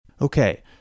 Okay